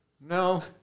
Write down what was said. No